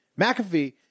McAfee